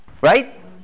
Right